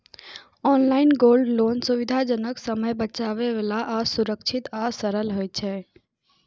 online gold loan सुविधाजनक, समय बचाबै बला आ सुरक्षित आ सरल होइ छै